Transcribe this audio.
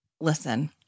Listen